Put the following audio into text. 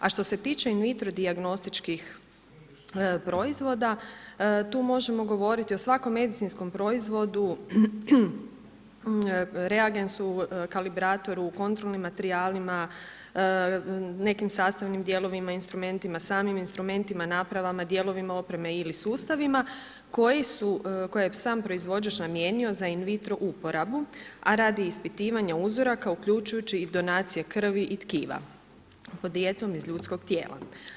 A što se tiče in vitro dijagnostičkih proizvoda, tu možemo govoriti o svakom medicinskom proizvodu, reagensu, kalibratoru, kontrolnim materijalima, nekim sastavnim dijelovima instrumentima, samim instrumentima, napravama, dijelovima opreme ili sustavima koji je sam proizvođač namijenio za in vitro uporabu a radi ispitivanja uzoraka uključujući i donacije krvi i tkiva podrijetlom iz ljudskog tijela.